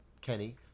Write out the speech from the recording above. Kenny